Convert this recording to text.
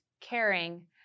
caring